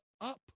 up